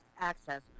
access